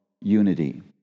unity